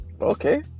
okay